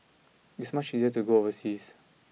it's much easier to go overseas